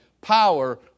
power